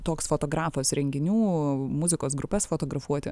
toks fotografas renginių muzikos grupes fotografuoti